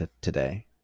today